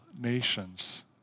nations